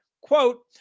Quote